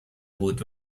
بود